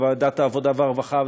ועדת העבודה והרווחה,